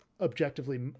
objectively